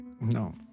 No